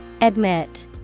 Admit